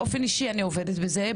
באופן אישי אני עובדת בזה,